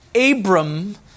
Abram